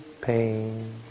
pain